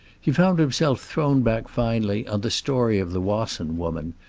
he found himself thrown back, finally, on the story of the wasson woman,